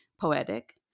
poetic